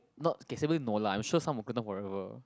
not okay no lah I'm sure some will kena forever